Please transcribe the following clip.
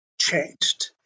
Changed